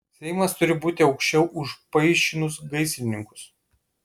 seimas turi būti aukščiau už paišinus gaisrininkus